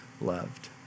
loved